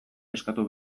eskatu